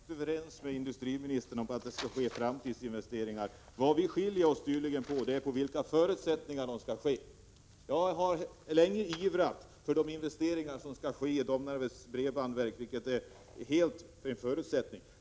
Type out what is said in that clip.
Fru talman! Jag är helt överens med industriministern om att det skall ske framtidsinvesteringar. Men vi skiljer oss tydligen i uppfattningen om under vilka förutsättningar de skall ske. Jag har länge ivrat för de investeringar som skall ske i Domnarvets bredbandverk. De investeringarna är en förutsättning.